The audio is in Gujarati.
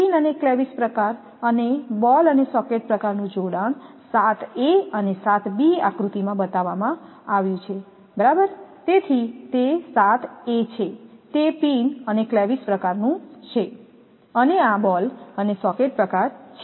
પિન અને ક્લેવીસ પ્રકાર અને બોલ અને સોકેટ પ્રકારનું જોડાણ 7 એ અને 7 બી આકૃતિમાં બતાવવામાં આવ્યું છે બરાબર તેથી તે 7 એ છે તે પિન અને ક્લેવીસ પ્રકારનું છે અને આ બોલ અને સોકેટ પ્રકાર છે